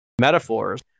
metaphors